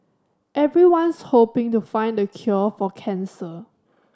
everyone's hoping to find the cure for cancer